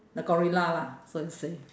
the gorilla lah so you say